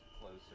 closer